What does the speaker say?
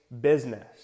business